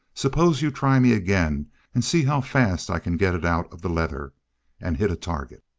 suppose you try me again and see how fast i can get it out of the leather and hit a target.